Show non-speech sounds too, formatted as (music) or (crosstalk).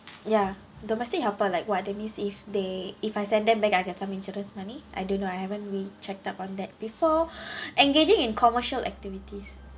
ya domestic helper like !wah! that means if they if I send them back I get some insurance money I don't know I haven't really checked up on that before (breath) engaging in commercial activities